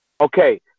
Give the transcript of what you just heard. Okay